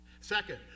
Second